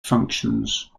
functions